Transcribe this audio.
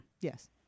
yes